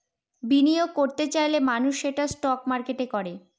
বিনিয়োগ করত চাইলে মানুষ সেটা স্টক মার্কেটে করে